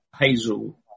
Hazel